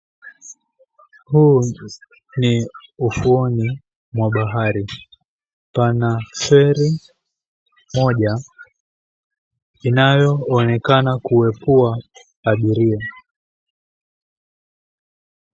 Huu ni ufuoni mwa bahari. Pana feri moja inayoonekana kuwaepua abiria.